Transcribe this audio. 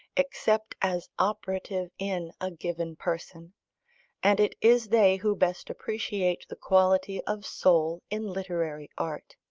except as operative in a given person and it is they who best appreciate the quality of soul in literary art.